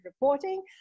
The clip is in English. reporting